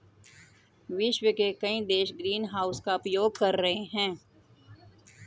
विश्व के कई देश ग्रीनहाउस का उपयोग कर रहे हैं